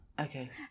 Okay